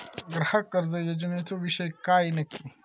ग्राहक कर्ज योजनेचो विषय काय नक्की?